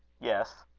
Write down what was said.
yes.